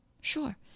Sure